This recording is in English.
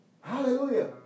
Hallelujah